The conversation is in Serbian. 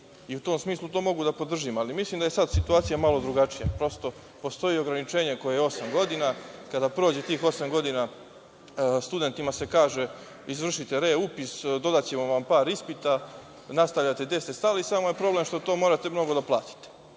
i u tom smislu to mogu da podržim. Ali, mislim da je sada situacija malo drugačija. Prosto, postoji ograničenje koje je osam godina. Kada prođe tih osam godina, studentima se kaže – izvršite reupis, dodaćemo vam par ispita, nastavljate gde ste stali, samo je problem što to morate mnogo da platite.